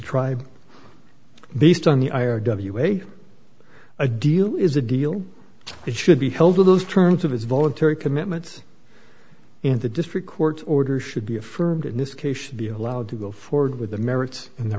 tribe based on the i o w way a deal is a deal it should be held to those terms of it's voluntary commitments in the district court order should be affirmed in this case should be allowed to go forward with the merits and the